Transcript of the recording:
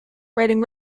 writing